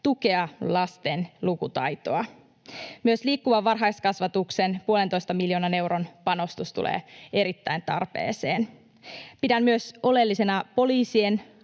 tukea lasten lukutaitoa. Myös liikkuvan varhaiskasvatuksen 1,5 miljoonan euron panostus tulee erittäin tarpeeseen. Pidän myös oleellisena poliisien